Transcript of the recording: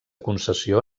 concessió